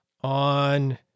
on